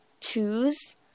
choose